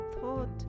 thought